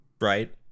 Right